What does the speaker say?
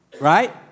Right